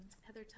Heather